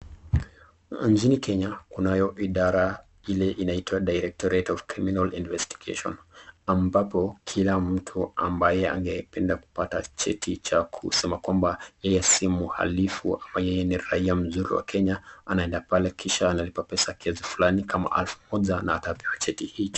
Inchini Kenya, kunayo ile idara inayoitwa directive of criminal investigation , ambapo kula mtu angetaka cheti cha kusema kwamba yeye si mhalifu ama yeye ni raia mzuri wa Kenya, anaenda pale kisha analipa pesa kiasi fulani, kama elfu moja, kisha atapewa cheti hicho.